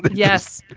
but yes.